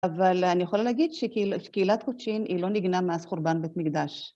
אבל אני יכולה להגיד שקהילת קודשין היא לא נגנה מאז חורבן בית מקדש.